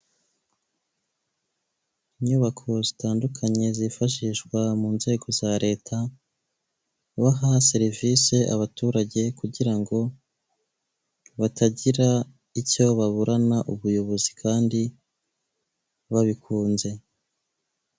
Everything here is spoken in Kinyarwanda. Inyubako zitandukanye zifashishwa mu nzego za leta baha serivisi abaturage, kugira ngo batagira icyo baburana ubuyobozi kandi babikunze.